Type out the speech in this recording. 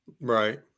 Right